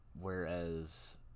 Whereas